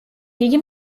იგი